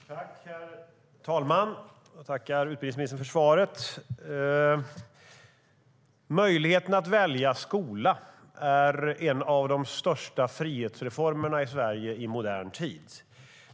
Herr talman! Jag tackar utbildningsministern för svaret. Införandet av möjligheten att välja skola är en av de största frihetsreformerna i Sverige i modern tid.